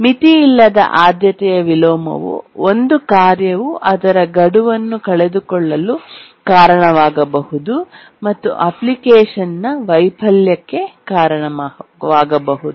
ಮಿತಿಯಿಲ್ಲದ ಆದ್ಯತೆಯ ವಿಲೋಮವು ಒಂದು ಕಾರ್ಯವು ಅದರ ಗಡುವನ್ನು ಕಳೆದುಕೊಳ್ಳಲು ಕಾರಣವಾಗಬಹುದು ಮತ್ತು ಅಪ್ಲಿಕೇಶನ್ನ ವೈಫಲ್ಯಕ್ಕೆ ಕಾರಣವಾಗಬಹುದು